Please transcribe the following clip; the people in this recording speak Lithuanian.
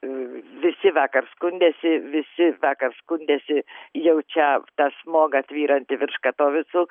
visi vakar skundėsi visi vakar skundėsi jaučią tą smogą tvyrantį virš katovicų